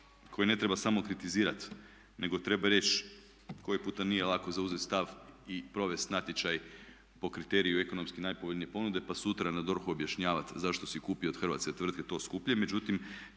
koje ne treba samo kritizirati nego treba reći koji puta nije lako zauzeti stav i provesti natječaj po kriteriju ekonomski najpovoljnije ponude pa sutra na DORH-u objašnjavati zašto si kupio od hrvatske tvrtke to skuplje,